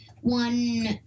one